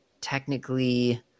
technically